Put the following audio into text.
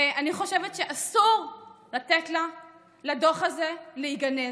ואני חושבת שאסור לתת לדוח הזה להיגנז.